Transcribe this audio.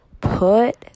put